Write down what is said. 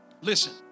Listen